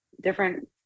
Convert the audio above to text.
different